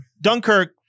Dunkirk